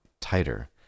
tighter